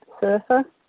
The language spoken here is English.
surfer